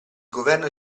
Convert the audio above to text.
governo